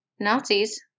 Nazis